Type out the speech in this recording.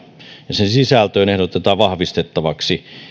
ja sen sisältöön ehdotetaan vahvistettavaksi